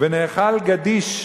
"ונאכל גדיש"